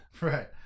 right